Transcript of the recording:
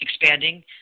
expanding